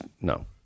no